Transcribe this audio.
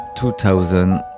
2000